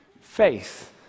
faith